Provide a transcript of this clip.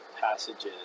passages